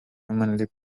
humanly